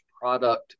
product